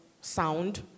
sound